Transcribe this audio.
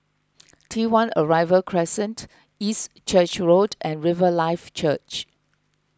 T one Arrival Crescent East Church Road and Riverlife Church